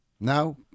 no